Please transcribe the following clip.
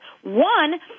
One